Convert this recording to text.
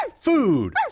Food